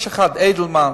יש אחד, אידלמן,